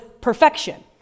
perfection